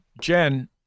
Jen